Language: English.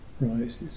rises